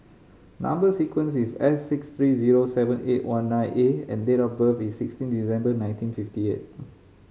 number sequence is S six three zero seven eight one nine A and date of birth is sixteen December nineteen fifty eight